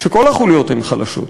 שכל החוליות הן חלשות,